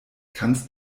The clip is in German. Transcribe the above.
kannst